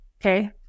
okay